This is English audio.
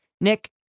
Nick